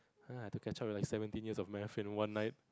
[heh] I had to catch up like seventeen years of maths in one night